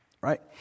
Right